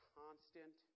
constant